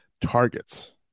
targets